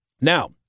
Now